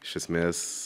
iš esmės